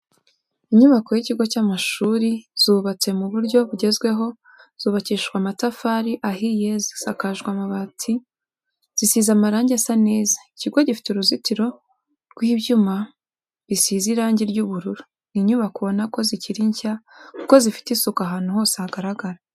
Inyubako y'ikigo cy'amashuri zubatse mu buryo bugezweho zubakishije amatafari ahiye zisakaje amabati zisize amarange asa neza, ikigo gifite uruzitiro rw'ibyuma bisize irangi ry'ubururu. Ni inyubako ubona ko zikiri nshya kuko zifite isuku ahantu hose hagaragara.